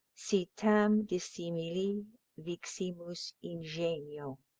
si tam dissimili viximus ingenio.